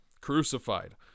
Crucified